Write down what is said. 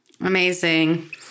Amazing